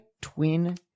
twin